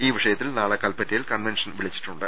ഈ വിഷയത്തിൽ നാളെ കൽപ്പറ്റ യിൽ കൺവെൻഷൻ വിളിച്ചിട്ടുണ്ട്